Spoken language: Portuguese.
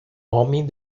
homem